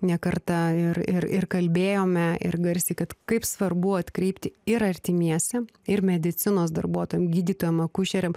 ne kartą ir ir ir kalbėjome ir garsiai kad kaip svarbu atkreipti ir artimiesiem ir medicinos darbuotojam gydytojam akušeriam